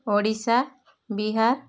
Odisha Bihar